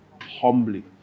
humbly